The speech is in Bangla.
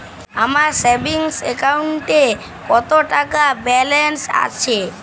আমার সেভিংস অ্যাকাউন্টে কত টাকা ব্যালেন্স আছে?